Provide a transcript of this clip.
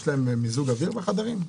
יש להם מיזוג אוויר בחדרים?